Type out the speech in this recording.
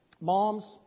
Moms